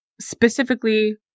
Specifically